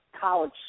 college